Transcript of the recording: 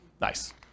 Nice